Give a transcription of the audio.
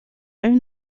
own